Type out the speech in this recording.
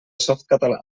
softcatalà